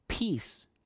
Peace